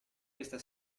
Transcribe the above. questa